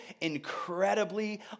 incredibly